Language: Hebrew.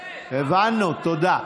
לא, שיגיד את האמת, הבנו, תודה.